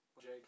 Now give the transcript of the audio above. Jake